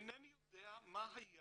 אינני יודע מה היה